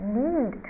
need